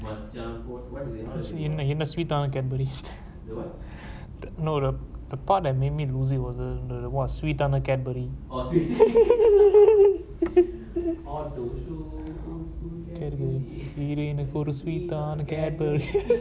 no the the part that made me lose it was the the what the sweet ஆன:aana cadbury heroine ஒரு:oru sweet ஆன:aana cadbury